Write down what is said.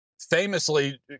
Famously